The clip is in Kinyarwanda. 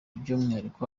by’umwihariko